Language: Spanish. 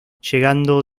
llegando